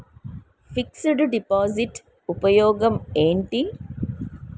Fix డ్ deposit ఉపయోగం ఏంటి?